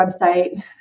website